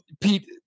Pete